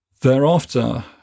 Thereafter